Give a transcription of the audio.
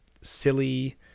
silly